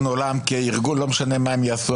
עולם כארגון ולא משנה מה הם יעשו.